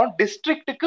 district